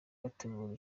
gutegura